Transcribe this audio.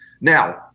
Now